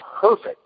perfect